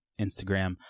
Instagram